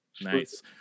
Nice